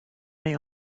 may